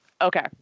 Okay